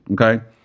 Okay